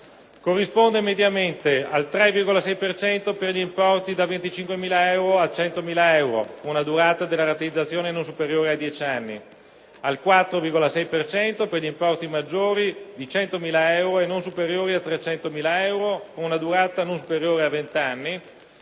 corrisponde mediamente al 3,6 per cento per importi tra 25.000 e 100.000 euro, con una durata della rateizzazione non superiore a dieci anni; al 4,6 per cento per importi maggiori di 100.000 euro e non superiori ai 300.000, con una durata non superiore a venti